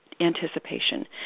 anticipation